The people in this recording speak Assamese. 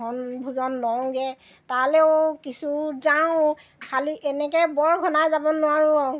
শৰণ ভজন লওঁগৈ তালৈও কিছু যাওঁ খালী এনেকৈ বৰ ঘনাই যাব নোৱাৰোঁ